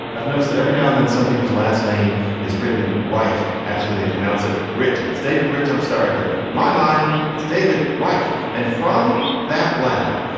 i've noticed that every now and then somebody whose last name is written. right? actually, they pronounce it rich. it's david rich. i'm sorry, but in my mind, it's david. right. and from that lab,